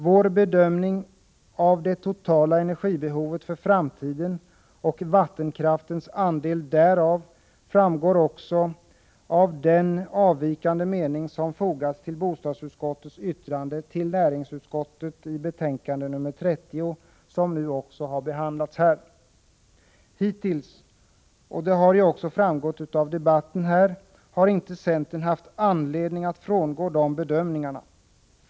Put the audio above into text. Vår bedömning av det totala energibehovet för framtiden och vattenkraftens andel därav framgår också av den avvikande mening som fogats till bostadsutskottets yttrande till näringsutskottets betänkande nr 30, vilket nu också behandlats här. Centern har hittills inte haft anledning att frångå dessa bedömningar, något som ju också framgått av dagens debatt.